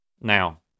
Now